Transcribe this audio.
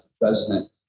president